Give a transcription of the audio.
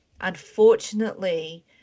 Unfortunately